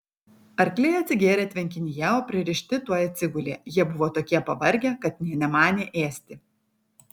arkliai atsigėrė tvenkinyje o pririšti tuoj atsigulė jie buvo tokie pavargę kad nė nemanė ėsti